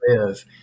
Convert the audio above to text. live